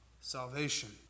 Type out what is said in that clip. salvation